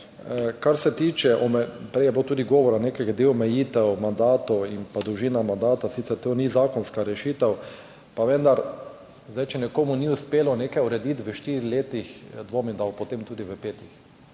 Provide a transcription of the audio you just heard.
Kar se tiče, prej je bilo tudi govora glede omejitev mandatov in pa dolžine mandata. Sicer to ni zakonska rešitev, pa vendar, če nekomu ni uspelo nečesa urediti v štirih letih, dvomim, da bo potem tudi v petih,